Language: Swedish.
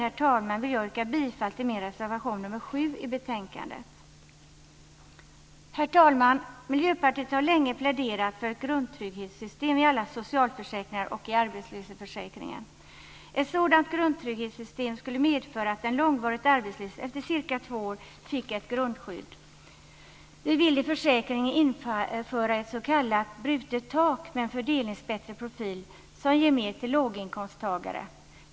Härmed vill jag yrka bifall till min reservation nr 7 i betänkandet. Herr talman! Miljöpartiet har länge pläderat för ett grundtrygghetssystem i alla socialförsäkringar och i arbetslöshetsförsäkringen. Ett sådant grundtrygghetssystem skulle medföra att en långvarigt arbetslös efter ca två år fick ett grundskydd. Vi vill i försäkringen införa ett s.k. brutet tak med en fördelningsmässigt bättre profil som ger mer till låginkomsttagare.